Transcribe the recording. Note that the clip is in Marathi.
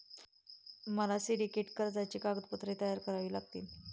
मला सिंडिकेट कर्जाची कागदपत्रे तयार करावी लागतील